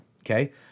Okay